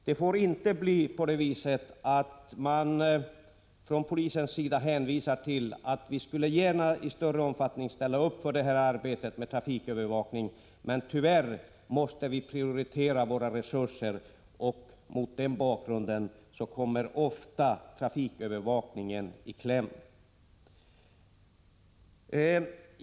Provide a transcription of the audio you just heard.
Det får inte bli på det sättet att polisen säger att man gärna skulle arbeta med trafikövervakning i större utsträckning men att man tyvärr måste prioritera hur resurserna skall användas och att trafikövervakningen då ofta kommer i kläm.